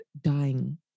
dying